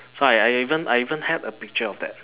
so I I I even I even have a picture of that